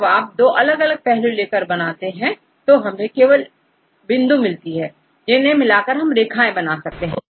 तो जब आप दो अलग पहलू लेकर बनाते हैं तो हमें केवल बिंदु मिलती हैं जिन्हें मिलाकर हम रेखाएं बना सकते हैं